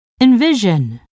envision